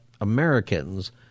Americans